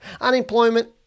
Unemployment